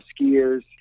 skiers